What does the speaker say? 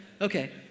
Okay